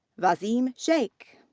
vaseem shaik.